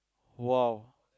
!wow!